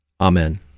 Amen